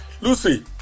Lucy